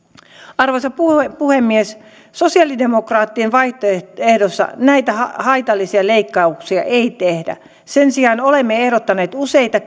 arvoisa puhemies puhemies sosialidemokraattien vaihtoehdossa näitä haitallisia leikkauksia ei tehdä sen sijaan olemme ehdottaneet useita